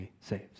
saves